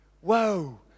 Whoa